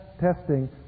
testing